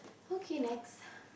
okay next